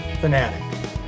fanatic